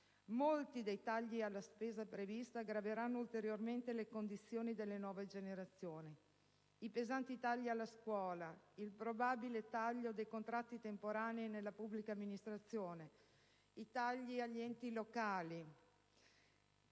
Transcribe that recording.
molti dei tagli alla spesa prevista aggraveranno ulteriormente le condizioni delle nuove generazioni: i pesanti tagli alla scuola, il probabile taglio dei contratti temporanei nella pubblica amministrazione, i tagli agli enti locali